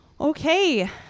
Okay